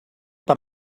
but